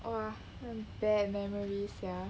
!wah! bad memories sia